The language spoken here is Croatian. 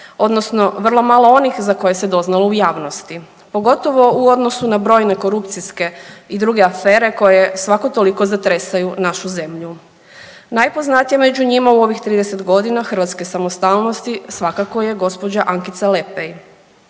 odnosno vrlo malo onih za koje se doznalo u javnosti pogotovo u odnosu na brojne korupcijske i druge afere koje svako toliko zatresaju našu zemlju. Najpoznatije među njima u ovih 30 godina hrvatske samostalnosti svakako je gospođa Ankica Lepej